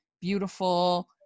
beautiful